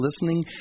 listening